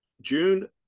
June